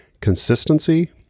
consistency